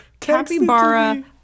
capybara